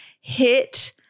hit